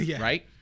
right